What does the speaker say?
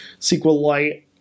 SQLite